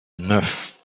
neuf